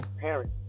parents